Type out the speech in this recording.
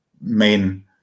main